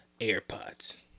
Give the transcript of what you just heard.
AirPods